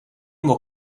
will